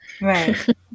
Right